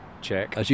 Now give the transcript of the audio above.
check